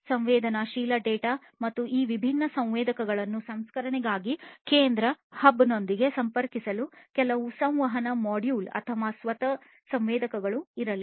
ಸಂವೇದನಾಶೀಲ ಡೇಟಾ ಮತ್ತು ಈ ವಿಭಿನ್ನ ಸಂವೇದಕಗಳನ್ನು ಸಂಸ್ಕರಣೆಗಾಗಿ ಕೇಂದ್ರ ಹಬ್ ನೊಂದಿಗೆ ಸಂಪರ್ಕಿಸಲು ಕೆಲವು ಸಂವಹನ ಮಾಡ್ಯೂಲ್ ಅಥವಾ ಸ್ವತಃ ಸಂವೇದಕಗಳು ಇರಲಿ